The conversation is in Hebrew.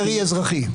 מרי אזרחי?